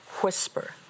whisper